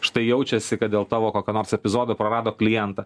štai jaučiasi kad dėl tavo kokio nors epizodo prarado klientą